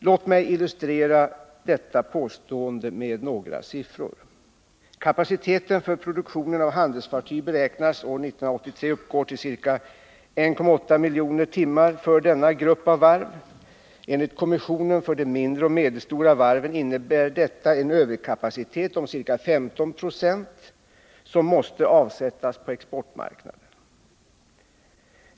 Låt mig illustrera detta påstående med några siffror. Kapaciteten för produktion av handelsfartyg beräknas år 1983 uppgå till ca 1,8 miljoner timmar för denna grupp varv. Enligt kommissionen för de mindre och medelstora varven innebär detta en överkapacitet på ca 15 96, som måste avsättas på exportmarknaden.